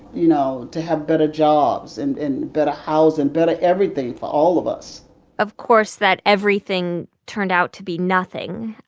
you know, to have better jobs and and better housing better everything for all of us of course, that everything turned out to be nothing.